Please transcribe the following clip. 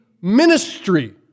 ministry